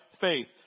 Faith